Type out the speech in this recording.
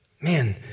Man